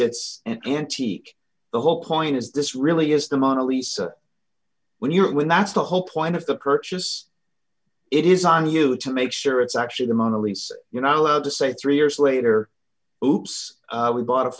it's an antique the whole point is this really is the mona lisa when you when that's the whole point of the purchase it is on you to make sure it's actually the mona lisa you're not allowed to say three years later hoops we bought a